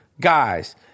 guys